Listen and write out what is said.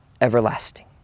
everlasting